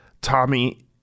Tommy